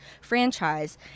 franchise